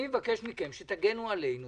אני מבקש מכם שתגנו עלינו